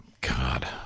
God